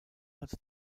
hat